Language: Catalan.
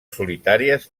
solitàries